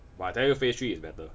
but I tell you phase three is better